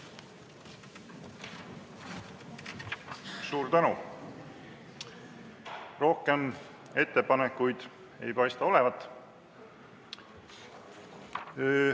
Suur tänu! Rohkem ettepanekuid ei paista olevat.